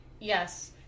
yes